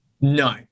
No